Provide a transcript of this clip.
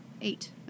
eight